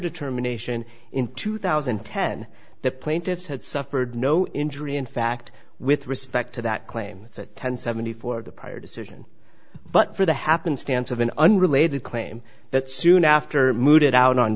determination in two thousand and ten that plaintiffs had suffered no injury in fact with respect to that claim it's a ten seventy four the prior decision but for the happenstance of an unrelated claim that soon after mooted out on